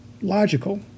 logical